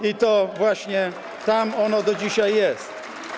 I to właśnie tam ono do dzisiaj jest.